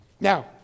Now